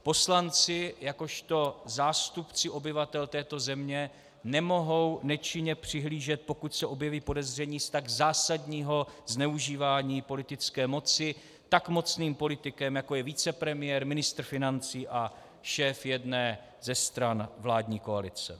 Poslanci jakožto zástupci obyvatel této země nemohou nečinně přihlížet, pokud se objeví podezření z tak zásadního zneužívání politické moci tak mocným politikem, jako je vicepremiér, ministr financí a šéf jedné ze stran vládní koalice.